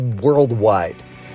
worldwide